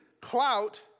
clout